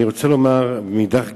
אני רוצה לומר, מאידך גיסא,